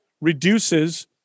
reduces